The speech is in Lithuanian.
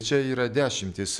čia yra dešimtys